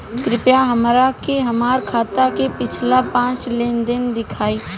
कृपया हमरा के हमार खाता के पिछला पांच लेनदेन देखाईं